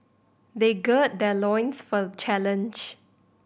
they gird their loins for the challenge